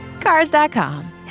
Cars.com